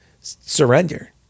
surrender